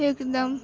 एकदम